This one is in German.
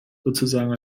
sozusagen